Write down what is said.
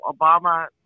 Obama